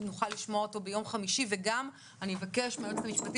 נוכל לשמוע אותו ביום חמישי וגם אני אבקש מהיועצת המשפטית